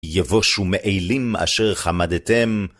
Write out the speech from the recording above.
יבוש ומעילים אשר חמדתם.